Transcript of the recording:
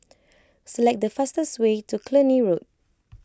select the fastest way to Cluny Road